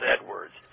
Edwards